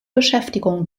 beschäftigung